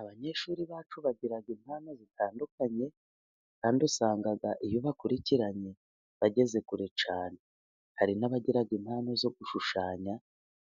Abanyeshuri bacu bagira impano zitandukanye, kandi usanga iyo bakurikiranye bageze kure cyane. Hari n'abagira impamvu zo gushushanya